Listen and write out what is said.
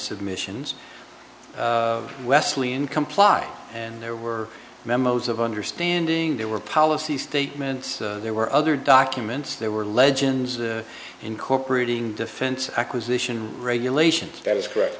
submissions wesley and comply and there were memos of understanding there were policy statements there were other documents there were legends incorporating defense acquisition regulations that is correct